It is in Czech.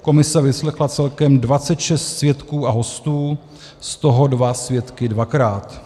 Komise vyslechla celkem 26 svědků a hostů, z toho dva svědky dvakrát.